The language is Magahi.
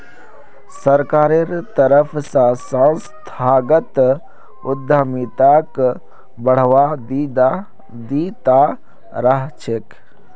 सरकारेर तरफ स संस्थागत उद्यमिताक बढ़ावा दी त रह छेक